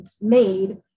made